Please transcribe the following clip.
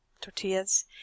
tortillas